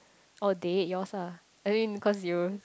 oh date yours lah I mean because you